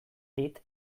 dit